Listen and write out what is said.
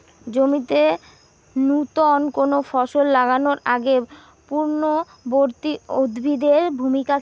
জমিতে নুতন কোনো ফসল লাগানোর আগে পূর্ববর্তী উদ্ভিদ এর ভূমিকা কি?